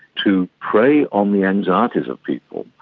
to prey on the anxieties of people.